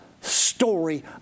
story